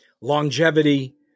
Longevity